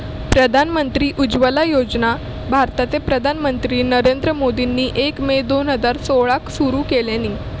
प्रधानमंत्री उज्ज्वला योजना भारताचे पंतप्रधान नरेंद्र मोदींनी एक मे दोन हजार सोळाक सुरू केल्यानी